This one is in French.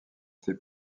été